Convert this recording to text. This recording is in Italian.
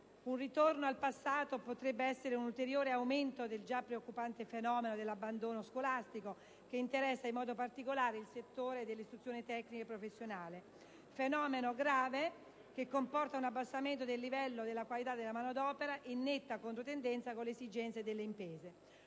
Un ritorno al passato potrebbe causare un ulteriore aumento del già preoccupante fenomeno dell'abbandono scolastico, che interessa in modo particolare il settore dell'istruzione tecnica e professionale. È un fenomeno grave, che comporta l'abbassamento del livello della qualità di manodopera, in netta controtendenza con le esigenze delle imprese.